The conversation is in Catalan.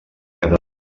quedar